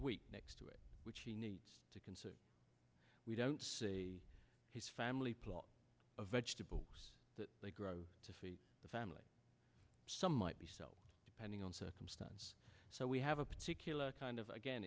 land next to it which he needs to consider we don't see his family plot a vegetable that they grow to feed the family some might be so depending on circumstance so we have a particular kind of again